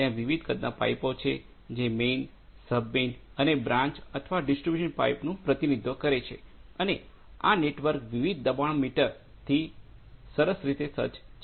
ત્યાં વિવિધ કદના પાઈપો છે જે મેઈન સબ મેઈન અને બ્રાન્ચ અથવા ડિસ્ટ્રીબ્યુશન પાઇપ્સનું પ્રતિનિધિત્વ કરે છે અને આ નેટવર્ક વિવિધ દબાણ મીટરપ્રેશર મીટરથી સરસ રીતે સજ્જ છે